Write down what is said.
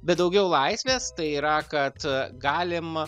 bet daugiau laisvės tai yra kad galim